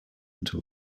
into